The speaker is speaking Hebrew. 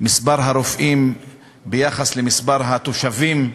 מספר הרופאים ביחס למספר התושבים.